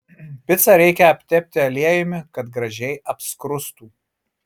picą reikia aptepti aliejumi kad gražiai apskrustų